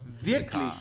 Wirklich